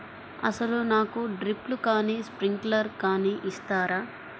అసలు నాకు డ్రిప్లు కానీ స్ప్రింక్లర్ కానీ ఇస్తారా?